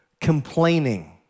complaining